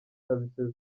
services